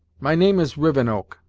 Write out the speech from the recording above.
my name is rivenoak.